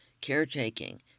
caretaking